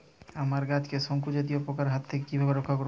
আমার গাছকে শঙ্কু জাতীয় পোকার হাত থেকে কিভাবে রক্ষা করব?